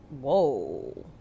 Whoa